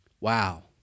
Wow